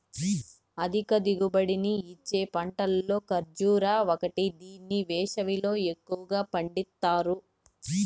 అధిక దిగుబడిని ఇచ్చే పంటలలో కర్భూజ ఒకటి దీన్ని వేసవిలో ఎక్కువగా పండిత్తారు